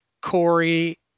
Corey